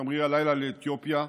שתמריא הלילה לאתיופיה.